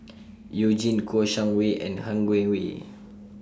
YOU Jin Kouo Shang Wei and Han Guangwei